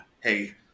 hey